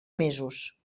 mesos